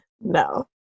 no